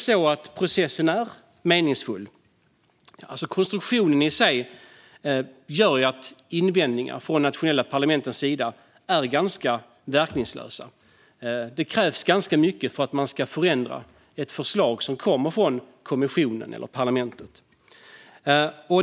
Konstruktionen i sig gör att invändningar från de nationella parlamentens sida är ganska verkningslösa; det krävs ganska mycket för att man ska förändra ett förslag som kommer från kommissionen eller parlamentet.